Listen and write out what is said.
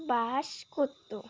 বাস করতো